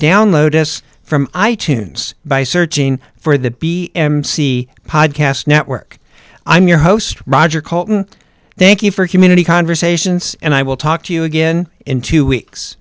download us from i tunes by searching for the b m c podcast network i'm your host roger coulton thank you for community conversations and i will talk to you again in two weeks